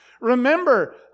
Remember